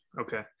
okay